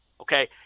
Okay